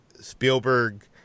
Spielberg